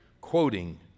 quoting